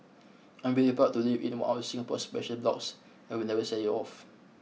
I'm very proud to live in one of Singapore's special blocks and will never sell it off